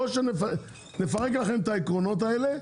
או שנפרק לכם את העקרונות האלה,